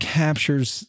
captures